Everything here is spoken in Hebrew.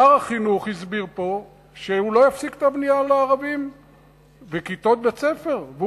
שר החינוך הסביר פה שהוא לא יפסיק את הבנייה של כיתות בית-ספר לערבים,